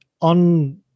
On